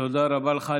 תודה רבה לך.